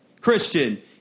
Christian